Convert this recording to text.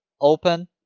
open